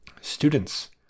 Students